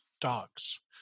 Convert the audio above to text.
dogs